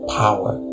power